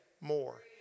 more